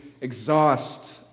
exhaust